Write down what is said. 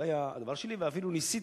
זה היה הדבר שלי, ואפילו ניסיתי,